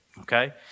Okay